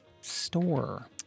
store